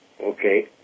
okay